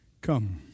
come